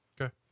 Okay